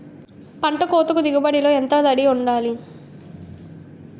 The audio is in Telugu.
పంట కోతకు దిగుబడి లో ఎంత తడి వుండాలి?